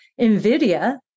NVIDIA